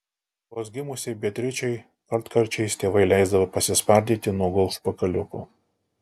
vos gimusiai beatričei kartkarčiais tėvai leisdavo pasispardyti nuogu užpakaliuku